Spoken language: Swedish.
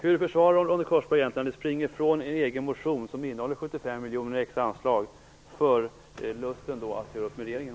Hur försvarar egentligen Ronny Korsberg att ni springer ifrån er egen motion som innehåller 75 miljoner i extra anslag för lusten att göra upp med regeringen?